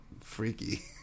freaky